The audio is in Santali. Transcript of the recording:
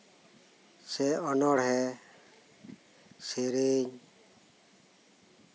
ᱚᱱᱚᱬᱦᱮᱸ ᱥᱮᱨᱮᱧ